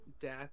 death